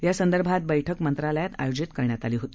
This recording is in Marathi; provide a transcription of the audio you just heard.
यासंदर्भात बैठक मंत्रालयात आयोजित करण्यात आली होती